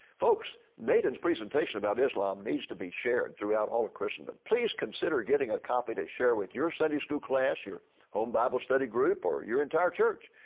folks, nathan's presentation about islam needs to be shared throughout ah ah christendom. please consider getting a copy to share with your sunday school class, your home bible study group or your entire church.